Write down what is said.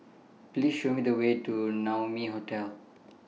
Please Show Me The Way to Naumi Hotel